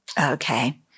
okay